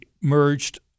merged